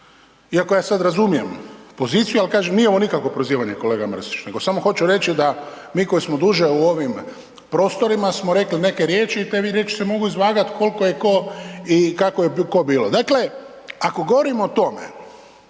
iako ja sada razumijem poziciju, al kažem nije ovo nikakvo prozivanje kolega Mrsić nego samo hoću reći da mi koji smo duže u ovim prostorima smo rekli neke riječi i te riječi se mogu izvagati koliko je ko i kako je ko bilo. Dakle ako govorimo o tome